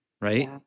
right